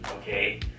okay